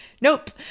nope